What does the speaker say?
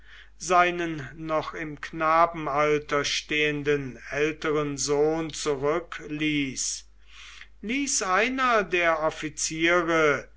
seinen noch im knabenalter stehenden älteren sohn zurückließ ließ einer der offiziere